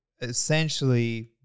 essentially